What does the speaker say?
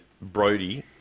Brody